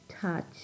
touch